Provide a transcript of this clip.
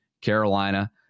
Carolina